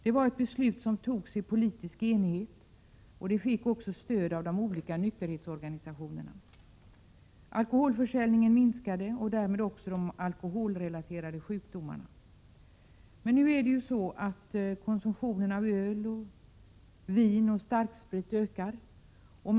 Det var ett beslut som togs i politisk enighet, och det fick även stöd av de olika nykterhetsorganisationerna. Alkoholförsäljningen minskade, och därmed också de alkoholrelaterade sjukdomarna. Konsumtionen av öl, vin och starksprit ökar emellertid.